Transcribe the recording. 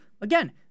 again